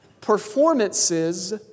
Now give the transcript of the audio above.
performances